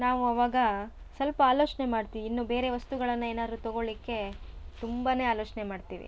ನಾವು ಅವಾಗ ಸ್ವಲ್ಪ ಆಲೋಚನೆ ಮಾಡ್ತೀವಿ ಇನ್ನು ಬೇರೆ ವಸ್ತುಗಳನ್ನು ಏನಾದರೂ ತೊಗೊಳ್ಲಿಕ್ಕೆ ತುಂಬ ಆಲೋಚನೆ ಮಾಡ್ತೀವಿ